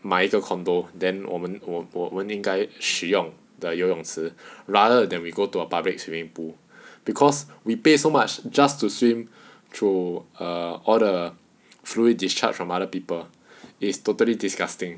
买一个 condo then 我们我我们应该使用的游泳池 rather than we go to a public swimming pool because we pay so much just to swim through err all the fluid discharged from other people is totally disgusting